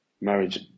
marriage